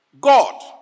God